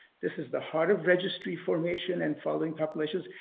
this is the heart of registry formation and falling populations.